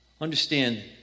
Understand